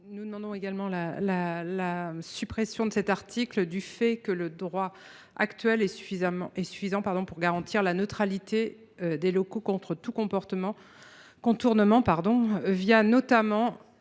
Nous demandons également la suppression de cet article. Le droit actuel est suffisant pour préserver la neutralité des locaux de tout contournement,